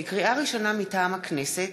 לקריאה ראשונה, מטעם הכנסת: